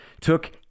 took